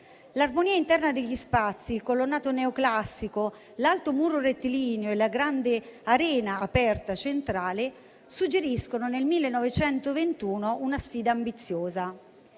L'armonia interna degli spazi, il colonnato neoclassico, l'alto muro rettilineo e la grande arena aperta centrale suggeriscono, nel 1921, una sfida ambiziosa.